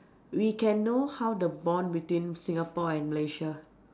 we can know how the bond between Singapore and Malaysia